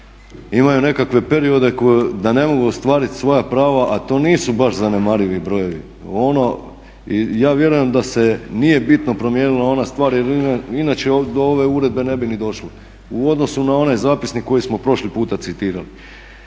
imaju nekakve periode da ne mogu ostvariti svoja prava, a to nisu baš zanemarivi brojevi. Ja vjerujem da se nije bitno promijenila ona stvar, jer inače do ove uredbe ne bi ni došlo u odnosu na onaj zapisnik koji smo prošli puta citirali.